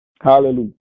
Hallelujah